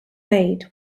made